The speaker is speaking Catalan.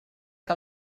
que